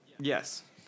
Yes